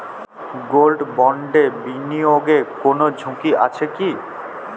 Gold বন্ডে বিনিয়োগে কোন ঝুঁকি আছে কি?